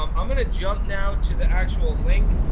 um i'm gonna jump now to the actual link.